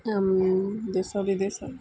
ଦେଶ ବିଦେଶ